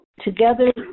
Together